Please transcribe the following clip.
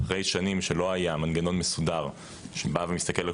אחרי שנים שלא היה מנגנון מסודר שבא ומסתכל על